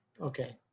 Okay